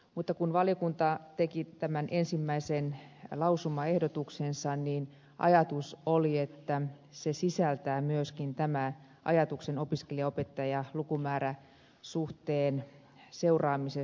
mutta kun valiokunta teki tämän ensimmäisen lausumaehdotuksensa ajatus oli että se sisältää myöskin tämän ajatuksen opiskelijaopettaja lukumääräsuhteen seuraamisesta